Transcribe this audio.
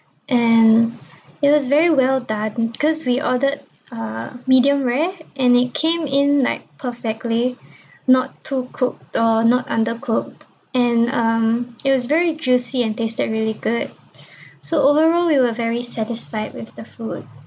and it was very well done cause we ordered uh medium rare and it came in like perfectly not too cooked or not undercooked and um it was very juicy and tasted really good so overall we were very satisfied with the food